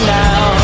now